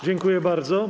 Dziękuję bardzo.